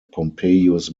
pompeius